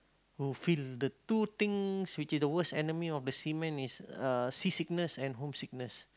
who feel the two things which is the worst enemy of the seamen is uh sea sickness and home sickness